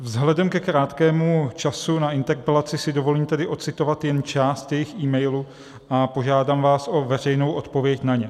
Vzhledem ke krátkému času na interpelaci si dovolím tedy ocitovat jen část jejich emailu a požádám vás o veřejnou odpověď na ni.